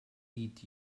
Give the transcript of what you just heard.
eat